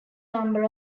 number